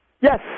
Yes